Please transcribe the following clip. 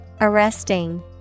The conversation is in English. Arresting